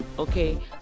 Okay